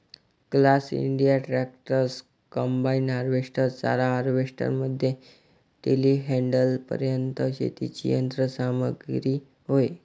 class India tractors, combine harvester, चारा harvester मध्ये टेलीहँडलरपर्यंत शेतीची यंत्र सामग्री होय